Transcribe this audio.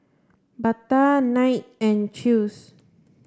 Bata Knight and Chew's